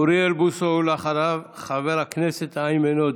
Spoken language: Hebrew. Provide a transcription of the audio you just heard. אוריאל בוסו, ואחריו, חבר הכנסת איימן עודה.